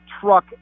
truck